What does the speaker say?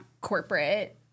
corporate